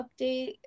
update